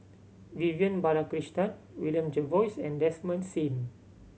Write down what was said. Vivian Balakrishnan William Jervois and Desmond Sim